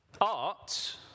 art